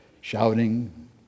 shouting